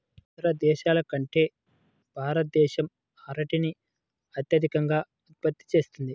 ఇతర దేశాల కంటే భారతదేశం అరటిని అత్యధికంగా ఉత్పత్తి చేస్తుంది